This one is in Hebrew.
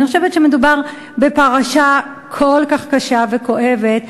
אני חושבת שמדובר בפרשה כל כך קשה וכואבת,